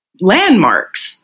landmarks